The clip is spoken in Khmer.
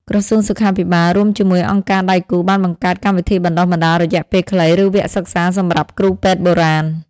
ក្រសួងសុខាភិបាល រួមជាមួយអង្គការដៃគូ បានបង្កើតកម្មវិធីបណ្ដុះបណ្ដាលរយៈពេលខ្លី ឬវគ្គសិក្សាសម្រាប់គ្រូពេទ្យបុរាណ។